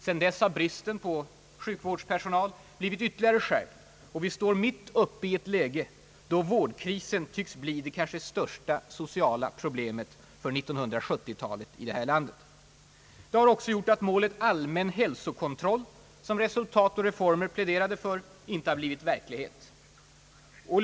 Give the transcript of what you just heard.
Sedan dess har bristen på sjukvårdspersonal blivit ytterligare skärpt, och vi står mitt uppe i ett läge då vårdkrisen tycks bli det kanske största sociala problemet för 1970-talet i det här landet. Det har också gjort att målet »allmän hälsokontroll», som »Resultat och reformer» pläderade för, inte har blivit verklighet.